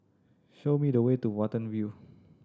show me the way to Watten View